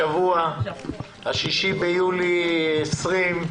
יום שני בשבוע, 6 ביולי 2020,